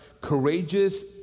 courageous